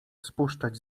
spuszczać